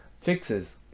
fixes